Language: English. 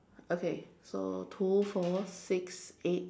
okay so two four six eight